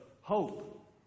hope